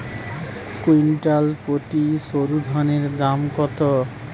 Quintal প্রতি সরুধানের দাম কত?